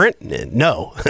no